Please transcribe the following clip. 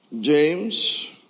James